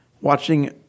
watching